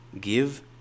Give